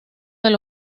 del